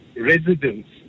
residents